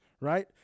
right